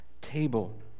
table